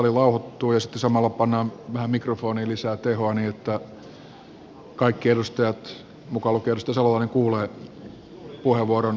sitten samalla pannaan vähän mikrofoniin lisää tehoa niin että kaikki edustajat mukaan lukien edustaja salolainen kuulevat puheenvuoron käyttäjän ajatukset